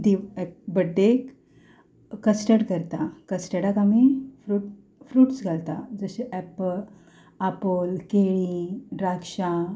दे बड्डेक कस्टड करता कस्टडाक आमी फ्रूट फ्रुट्स घालता जशे एप्प आपोल केळीं द्राक्षां